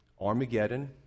Armageddon